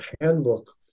handbook